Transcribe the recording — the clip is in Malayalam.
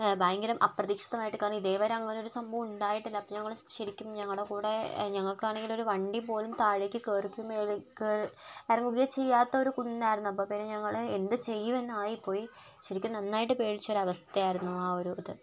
ഭയങ്കരം അപ്രതീക്ഷിതം ആയിട്ട് കാരണം ഇതേവരെ അങ്ങനെ ഒരു സംഭവം ഉണ്ടായിട്ടില്ല അപ്പോൾ ഞങ്ങൾ ശരിക്കും ഞങ്ങളുടെ കൂടെ ഞങ്ങൾക്ക് ആണെങ്കിൽ ഒരു വണ്ടി പോലും താഴേക്ക് കയറിക്കു മുകളിലേക്ക് കയറി ഇറങ്ങുകയോ ചെയ്യാത്ത ഒരു കുന്നായിരുന്നു അപ്പോൾ പിന്നെ ഞങ്ങൾ എന്ത് ചെയ്യും എന്ന് ആയിപ്പോയി ശരിക്കും നന്നായിട്ട് പേടിച്ച ഒരു അവസ്ഥയായിരുന്നു ആ ഒരു ഇത്